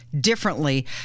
differently